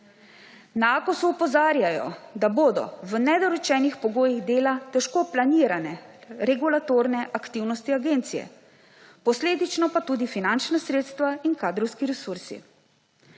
Na Akosu opozarjajo, da bodo v nedorečenih pogojih dela težko planirane regulatorne aktivnosti agencije, posledično pa tudi finančna sredstva in kadrovski resursi.